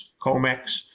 COMEX